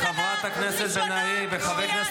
חברת הכנסת בן ארי, תני לה